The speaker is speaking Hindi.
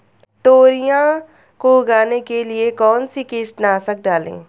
तोरियां को उगाने के लिये कौन सी कीटनाशक डालें?